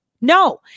no